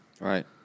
right